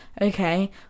okay